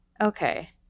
Okay